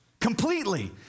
Completely